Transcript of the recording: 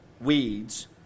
weeds